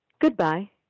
goodbye